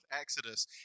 Exodus